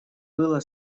было